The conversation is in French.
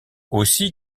aussi